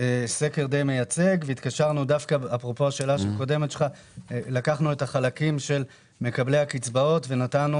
לקחנו את החלקים של מקבלי הקצבאות ונתנו